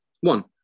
One